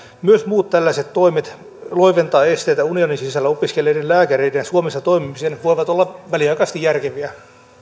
myös muut tällaiset toimet loiventaa esteitä unionin sisällä opiskelleiden lääkäreiden suomessa toimimiseen voivat olla väliaikaisesti järkeviä